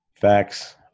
Facts